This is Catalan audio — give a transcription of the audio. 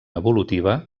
evolutiva